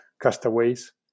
castaways